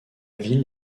ville